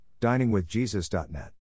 diningwithjesus.net